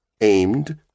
aimed